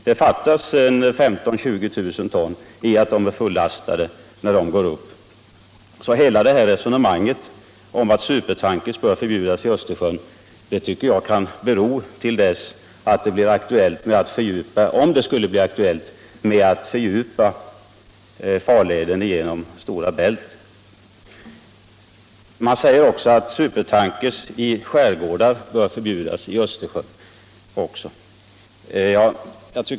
Det fattas då 15 000-20 000 ton för att de skall vara fullastade. Hela resonemanget om att supertankers bör förbjudas i Östersjön tycker jag kan bero tills det eventuellt blir aktuellt att fördjupa farleden genom Stora Bält. Man säger att supertankers bör förbjudas i Östersjöns skärgårdar.